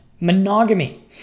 monogamy